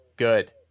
good